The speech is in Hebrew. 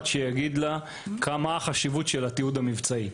שיגיד לה מה החשיבות של התיעוד המבצעי.